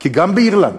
כי גם באירלנד